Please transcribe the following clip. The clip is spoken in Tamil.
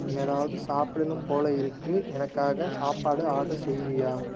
ஏதாவது சாப்பிடணும் போல் இருக்குது எனக்காக சாப்பாடு ஆர்டர் செய்கிறியா